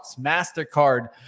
MasterCard